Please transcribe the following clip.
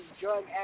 drug